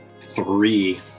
three